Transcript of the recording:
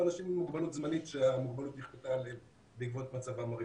או אנשים עם מוגבלות זמנית שהמוגבלות נכפתה עליהם בעקבות מצבם הרפואי.